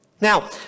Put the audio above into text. Now